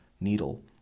needle